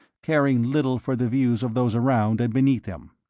caring little for the views of those around and beneath him.